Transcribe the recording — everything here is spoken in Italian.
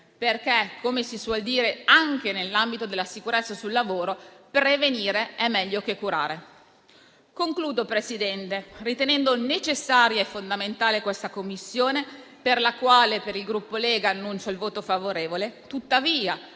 Infatti, come si suol dire anche nell'ambito della sicurezza sul lavoro, prevenire è meglio che curare. Concludo, Presidente, ritenendo necessaria e fondamentale questa Commissione, per la quale, per il Gruppo Lega, annuncio il voto favorevole. Tuttavia,